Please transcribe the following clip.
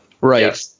Right